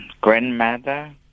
Grandmother